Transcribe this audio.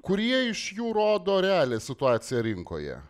kurie iš jų rodo realią situaciją rinkoje